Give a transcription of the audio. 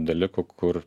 dalykų kur